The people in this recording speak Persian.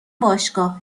باشگاه